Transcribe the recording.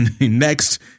next